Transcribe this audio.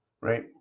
right